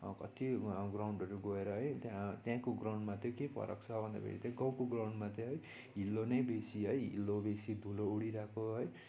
कति ग्राउन्डहरू गएर है त्यहाँ त्यहाँको ग्राउन्डमा त के फरक छ भन्दाखेरि त गाउँको ग्राउन्डमा त है हिलो नै बेसी है हिलो बेसी धुलो उडिरहेको है